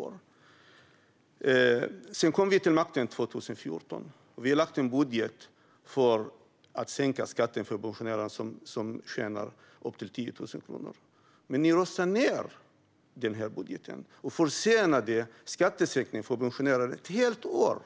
År 2014 kom vi till makten. Vi har lagt fram en budget för att sänka skatten för pensionärer som tjänar upp till 10 000 kronor. Men ni röstade ned den här budgeten och försenade skattesänkningen för pensionärerna med ett helt år.